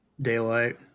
Daylight